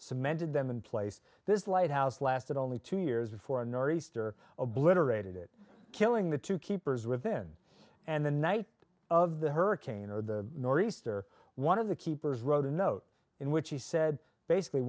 cemented them in place this lighthouse lasted only two years before a nor'easter obliterated it killing the two keepers within and the night of the hurricane or the nor'easter one of the keepers wrote a note in which he said basically